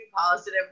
positive